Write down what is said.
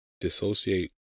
dissociate